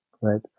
right